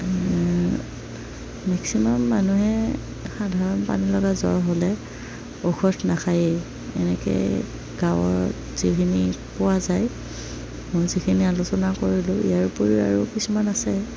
maximum মানুহে সাধাৰণ পানী লগা জ্বৰ হ'লে ঔষধ নাখায়েই এনেকৈ গাঁৱৰ যিখিনি পোৱা যায় মই যিখিনি আলোচনা কৰিলোঁ ইয়াৰ উপৰিও আৰু কিছুমান আছে